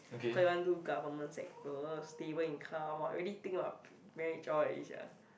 cause he want to do government sector stable income !woah! already think about marriage all already sia